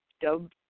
dub